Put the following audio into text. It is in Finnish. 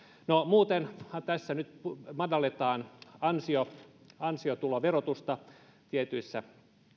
no muutenhan tässä nyt madalletaan ansiotuloverotusta tietyissä